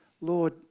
Lord